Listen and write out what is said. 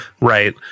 Right